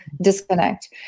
disconnect